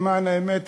למען האמת,